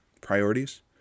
priorities